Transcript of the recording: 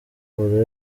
buri